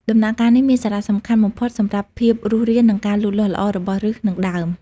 ដំណាក់កាលនេះមានសារៈសំខាន់បំផុតសម្រាប់ភាពរស់រាន និងការលូតលាស់ល្អរបស់ឬស និងដើម។